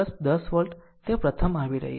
આમ 10 વોલ્ટ તે પ્રથમ આવી રહી છે